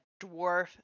dwarf